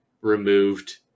removed